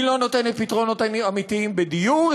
היא לא נותנת פתרונות אמיתיים בדיור,